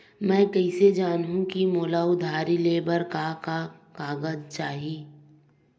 मैं कइसे जानहुँ कि मोला उधारी ले बर का का कागज चाही?